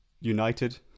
United